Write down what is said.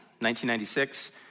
1996